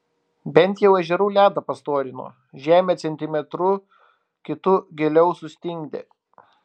bent jau ežerų ledą pastorino žemę centimetru kitu giliau sustingdė